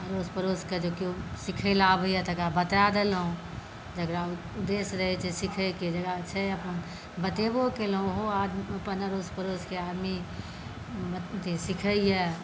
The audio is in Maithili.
अड़ोस पड़ोसके जे केओ बुनए ला आबैए तकरा बता देलहुँ जकरा उदेश्य रहै छै सिखएके जेकरा छै अपन बतेबो केलहुँ ओहो आर अपन अड़ोस पड़ोसके आदमी सिखैया